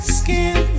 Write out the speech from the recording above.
skin